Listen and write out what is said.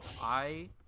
I-